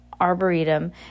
arboretum